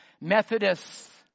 Methodists